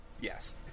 Yes